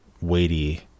weighty